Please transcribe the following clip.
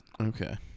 okay